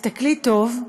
תסתכלי טוב,